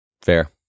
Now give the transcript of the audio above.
Fair